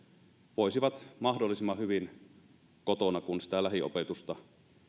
voisivat mahdollisimman hyvin kotona kun sitä lähiopetusta